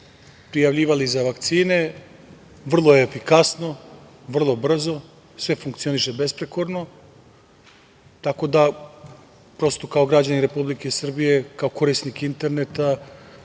prijavljivali za vakcine, vrlo efikasno, vrlo brzo, sve funkcioniše besprekorno. Kao građanin Republike Srbije, kao korisnik interneta,